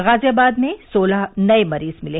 गाजियाबाद में सोलह नए मरीज मिले